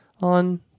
on